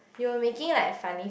you were making like funny